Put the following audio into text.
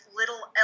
little